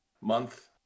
month